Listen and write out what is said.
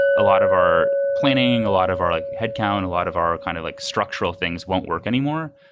a lot of our planning, a lot of our like headcount, a lot of our kind of like structural things won't work anymore.